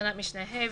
לתקנת משנה (ה),